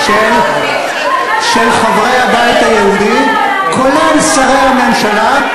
של חברי הבית היהודי, כולל שרי הממשלה,